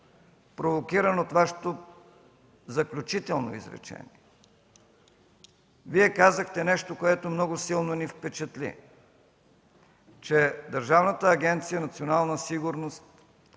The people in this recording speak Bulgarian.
провокиран от Вашето заключително изречение. Вие казахте нещо, което много силно ни впечатли, че Държавната агенция „Национална сигурност”